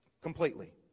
completely